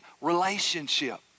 relationship